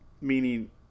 meaning